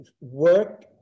work